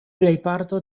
plejparto